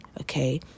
okay